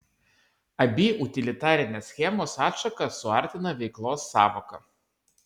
abi utilitarinės schemos atšakas suartina veiklos sąvoka